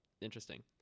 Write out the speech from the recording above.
interesting